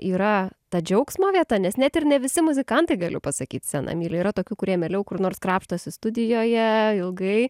yra ta džiaugsmo vieta nes net ir ne visi muzikantai galiu pasakyt sceną myli yra tokių kurie mieliau kur nors krapštosi studijoje ilgai